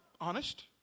honest